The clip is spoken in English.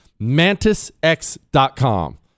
MantisX.com